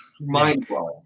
mind-blowing